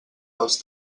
dels